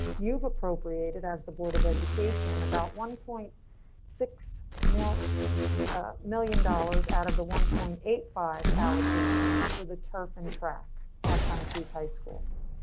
you've appropriated as the board of education, about one point six mil one ah million dollars out of the one point eight five allocation for the turfan track at pine creek high school.